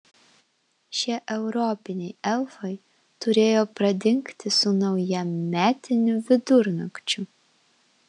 šie europiniai elfai turėjo pradingti su naujametiniu vidurnakčiu